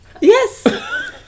Yes